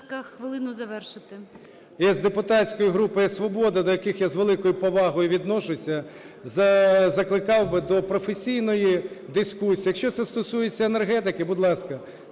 …із депутатської групи "Свобода", до яких я з великою повагою відношуся, закликав би до професійної дискусії. Якщо це стосується енергетики, будь ласка,